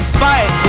fight